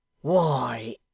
Why